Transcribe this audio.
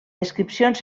descripcions